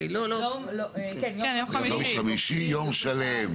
יום שלם.